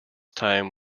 time